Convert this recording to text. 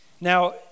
Now